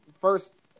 first